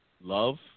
love